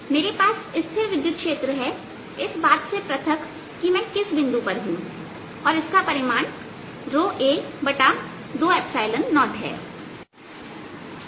मेरे पास स्थिर विद्युत क्षेत्र है इस बात से पृथक कि मैं किस बिंदु पर हूं और इसका परिमाण a20 है